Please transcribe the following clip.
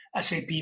SAP